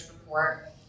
report